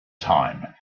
time